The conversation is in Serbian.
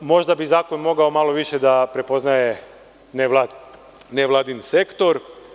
Možda bi zakon mogao malo više da prepoznaje nevladin sektor.